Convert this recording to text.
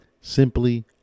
simply